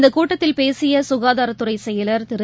இந்தகூட்டத்தில் பேசியசுனதாரத்துறைசெயல் திரு